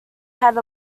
had